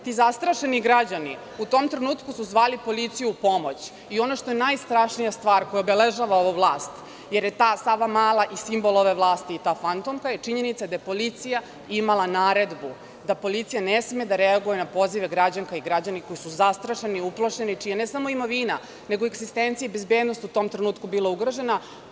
Ti zastrašeni građani u tom trenutku su zvali policiju u pomoć i ono što je najstrašnija stvar koja obeležava ovu vlast, jer je ta „Savamala“ i simbol ove vlasti i ta fantomka, je činjenica da je policija imala naredbu da policija ne sme da reaguje na pozive građana i građanki koji su zastrašeni, uplašeni, čija je ne samo imovina nego i bezbednost u tom trenutku bila ugrožena.